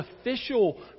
official